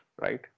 right